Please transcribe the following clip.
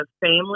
family